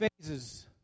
phases